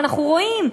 אנחנו רואים.